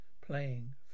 Playing